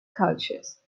cultures